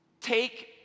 take